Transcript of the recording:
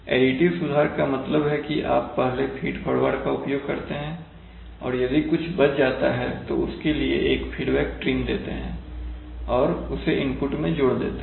additive सुधार का मतलब है आप पहले फीड फॉरवर्ड का उपयोग करते हैं और यदि कुछ बच जाता है तो उसके लिए एक फीडबैक ट्रिम देते हैं और उसे इनपुट में जोड़ देते हैं